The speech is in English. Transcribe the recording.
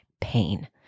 pain